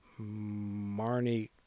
Marnie